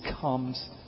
comes